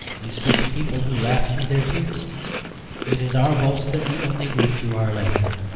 you speak of people who laugh through their tears it is our boast that we only weep through our laughter.